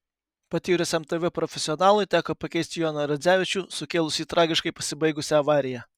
patyrusiam tv profesionalui teko pakeisti joną radzevičių sukėlusį tragiškai pasibaigusią avariją